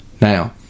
Now